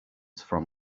from